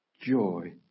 joy